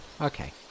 Okay